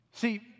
See